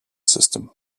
system